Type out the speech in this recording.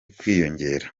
kwiyongera